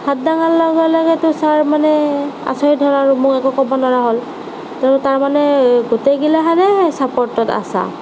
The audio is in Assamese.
হাত দাঙাৰ লগে লগেটো ছাৰ মানে আচৰিত হ'ল আৰু মোক একো ক'ব নোৱাৰা হ'ল ত' তাৰমানে গোটেইগিলাখানেই ছাপৰ্টত আছা